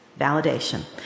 Validation